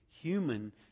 human